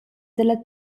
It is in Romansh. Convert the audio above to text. dalla